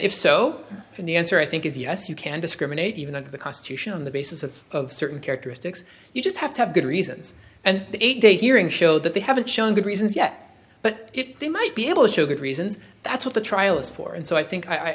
so the answer i think is yes you can discriminate even under the constitution on the basis of certain characteristics you just have to have good reasons and the eight day hearing show that they haven't shown good reasons yet but they might be able to show good reasons that's what the trial is for and so i think i